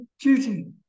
duty